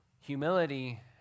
humility